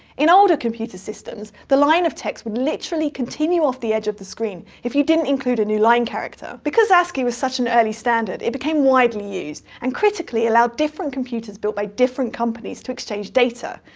in older computer systems, the line of text would literally continue off the edge of the screen if you didn't include a new line character! because ascii was such an early standard, it became widely used, and critically, allowed different computers built by different companies to exchange data.